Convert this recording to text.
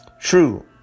True